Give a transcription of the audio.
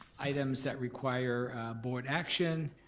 items that require board action.